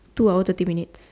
two hour thirty minutes